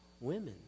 women